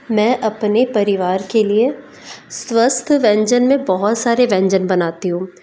मैं अपने परिवार के लिए स्वस्थ व्यंजन में बहुत सारे व्यंजन बनाती हूँ